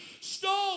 stole